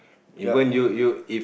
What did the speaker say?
yup